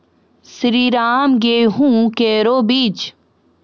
श्रीराम गेहूँ केरो बीज?